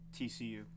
TCU